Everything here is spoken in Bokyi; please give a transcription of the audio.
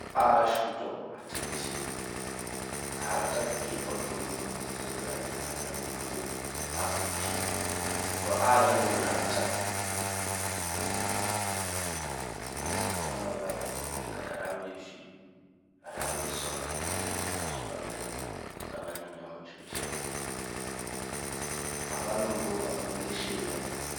A-a-shuu to a-tè kísê, a-tcid kě pot ki mǔ muu, a-tcid e gan ki kanyin bufuu ga (bu) kwu biǐ bikos, a a-jang ewure a-tcid n tò a-muu ǎ-bà dim kiked, aa-da wa e-fii ̌, aa-da wa esong Ka suu anke, ga-maan E-miam oche-oche, aa-ba nung ge ogbam nwu ereshi eyen